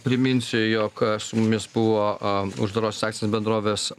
priminsiu jog su mumis buvo a uždarosios akcinės bendrovės